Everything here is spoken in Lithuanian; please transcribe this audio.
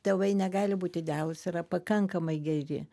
tėvai negali būti idealūs yra pakankamai geri